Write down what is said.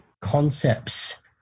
concepts